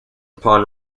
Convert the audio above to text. upon